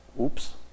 Oops